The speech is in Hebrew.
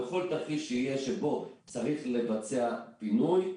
בכל תרחיש שיהיה שבו צריך לבצע פינוי,